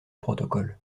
protocole